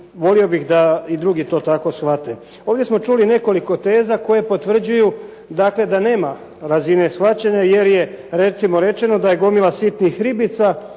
volio bih da i drugi to tako shvate. Ovdje smo čuli nekoliko teza koje potvrđuju dakle da nema razine shvaćanja jer je recimo rečeno da je gomila sitnih ribica